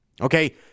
okay